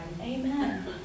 Amen